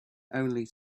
only